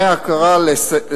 סעיף 12,